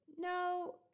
No